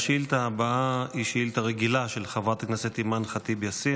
השאילתה הבאה היא שאילתה רגילה של חברת הכנסת אימאן ח'טיב יאסין